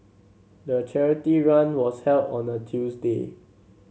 the charity run was held on a Tuesday